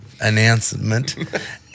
announcement